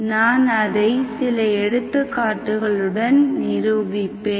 நான் அதை சில எடுத்துக்காட்டுகளுடன் நிரூபிப்பேன்